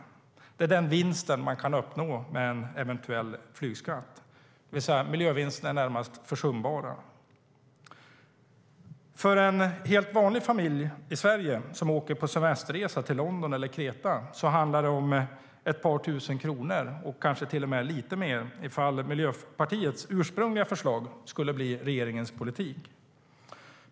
Det är den vinst som man kan uppnå med en eventuell flygskatt, det vill säga miljövinsterna är närmast försumbara. För en helt vanlig familj i Sverige som åker på semesterresa till London eller Kreta handlar det om ett par tusen kronor och kanske till och med lite mer, ifall Miljöpartiets ursprungliga förslag skulle bli regeringens politik.